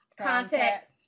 context